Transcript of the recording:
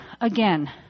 again